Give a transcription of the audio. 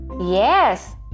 Yes